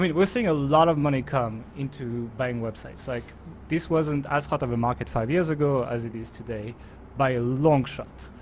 we're seeing a lot of money come into buying websites like this wasn't as hot of a market five years ago as it is today by a longshot.